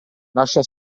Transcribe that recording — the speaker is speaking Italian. lascia